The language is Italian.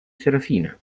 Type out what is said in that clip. serafina